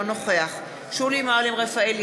אינו נוכח שולי מועלם-רפאלי,